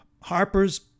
Harper's